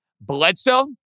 Bledsoe